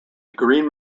green